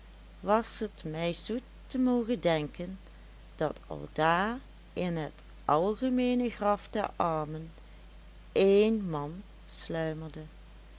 was t mij zoet te mogen denken dat aldaar in het algemeene graf der armen één man sluimerde